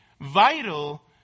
vital